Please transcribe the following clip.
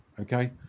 Okay